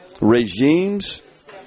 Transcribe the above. regimes